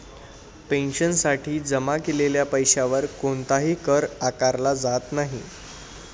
पेन्शनसाठी जमा केलेल्या पैशावर कोणताही कर आकारला जात नाही